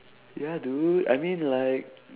ya dude I mean like